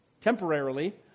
temporarily